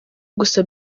gusa